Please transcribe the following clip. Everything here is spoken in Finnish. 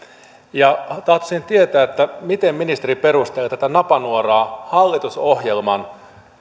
tahtoisin tietää miten ministeri perustelee tätä napanuoraa hallitusohjelman